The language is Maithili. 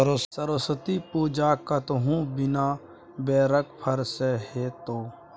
सरस्वती पूजा कतहु बिना बेरक फर सँ हेतै?